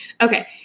okay